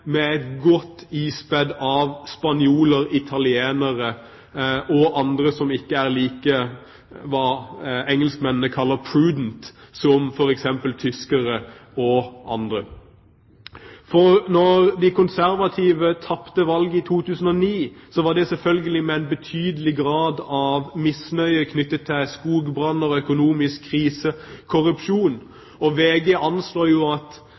godt ispedd spanjoler, italienere og andre som ikke er like det engelskmennene kaller «prudent», som f.eks. tyskere og andre. Da de konservative tapte valget i 2009, var det selvfølgelig med en betydelig grad av misnøye knyttet til skogbranner, økonomisk krise og korrupsjon. VG anslår at